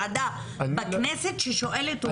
ועדה בכנסת ששואלת אותי מה העמדה של האוצר.